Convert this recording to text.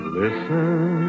listen